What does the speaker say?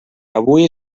avui